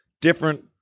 different